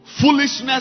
foolishness